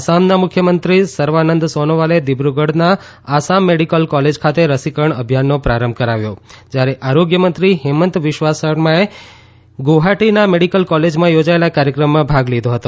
આસામના મુખ્યમંત્રી સર્વાનંદ સોનોવાલે દિબ્રગઢના આસામ મેડીકલ કોલેજ ખાતે રસીકરણ અભિયાનનો પ્રારંભ કરાવ્યો જયારે આરોગ્ય મંત્રી હેમંત વિશ્વા શર્માએ ગુવાહાટીના મેડીકલ કોલેજમાં યોજાયેલ કાર્યક્રમમાં ભાગ લીધો છે